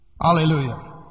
Hallelujah